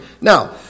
Now